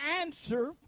answer